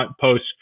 post